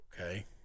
Okay